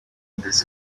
this